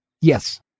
Yes